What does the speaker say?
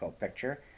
picture